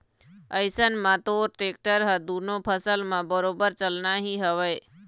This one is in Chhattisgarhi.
अइसन म तोर टेक्टर ह दुनों फसल म बरोबर चलना ही हवय